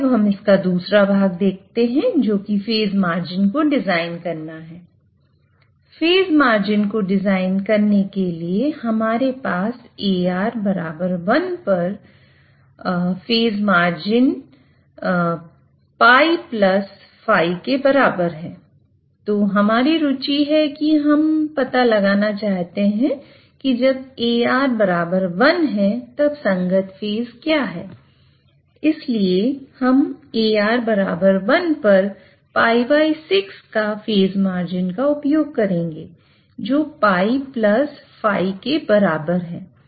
इसलिए हम AR1 पर π6 काफेज मार्जिन का उपयोग करेंगे जो πφ के बराबर है